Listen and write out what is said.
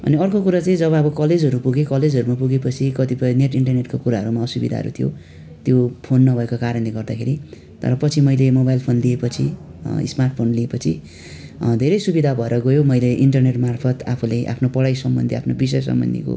अनि अर्को कुरा चाहिँ जब अब कलेजहरू पुगेँ कलेजहरमा पुगेपछि कतिपय नेट इन्टरनेटको कुराहरूमा असुविदाहरू थियो त्यो फोन नभएको कारणले गर्दाखेरि तर पछि मैले मोबाइल फोन लिएपछि स्मार्ट फोन लिएपछि धेरै सुविदा भएर गयो मैले इन्टरनेट मार्फत् आफुले आफ्नो पढाइ सम्बन्धी आफ्नो विषय सम्बन्धीको